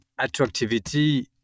attractivity